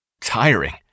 tiring